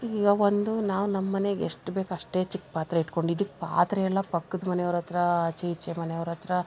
ಈಗ ಒಂದು ನಾವು ನಮ್ಮ ಮನೆಗೆ ಎಷ್ಟು ಬೇಕೋ ಅಷ್ಟೇ ಚಿಕ್ಕ ಪಾತ್ರೆ ಇಟ್ಟುಕೊಂಡಿದ್ದು ಪಾತ್ರೆಯೆಲ್ಲ ಪಕ್ಕದ ಮನೆಯವ್ರ ಹತ್ರ ಆಚೆ ಈಚೆ ಮನೆಯವ್ರ ಹತ್ರ